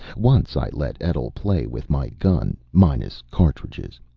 once i let etl play with my gun, minus cartridges.